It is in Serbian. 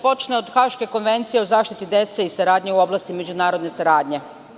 Počeću od Haške konvencije o zaštiti dece i saradnji u oblasti međunarodne saradnje.